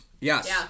Yes